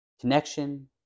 connection